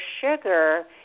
sugar